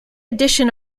addition